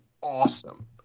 awesome